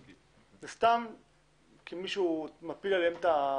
זה סתם כי מישהו מפיל עליהם את זה.